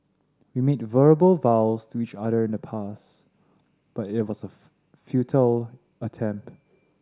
we made verbal vows to each other in the past but it was a futile attempt